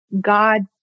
God